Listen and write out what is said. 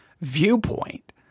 viewpoint